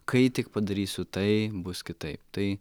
kai tik padarysiu tai bus kitaip tai